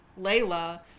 Layla